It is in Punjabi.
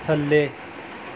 ਥੱਲੇ